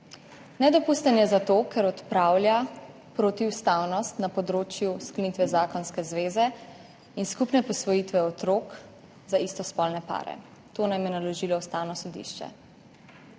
Nedopusten je zato, ker odpravlja protiustavnost na področju sklenitve zakonske zveze in skupne posvojitve otrok za istospolne pare, to nam je naložilo Ustavno sodišče.